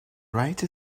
write